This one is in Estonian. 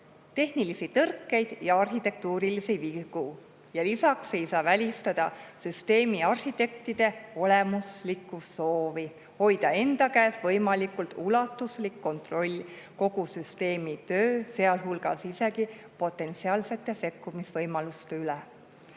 tehnilisi tõrkeid ja arhitektuurilisi vigu. Lisaks ei saa välistada süsteemiarhitektide olemuslikku soovi hoida enda käes võimalikult ulatuslik kontroll kogu süsteemi töö, sealhulgas isegi potentsiaalsete sekkumisvõimaluste üle.